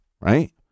Right